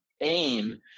aim